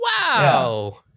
Wow